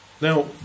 Now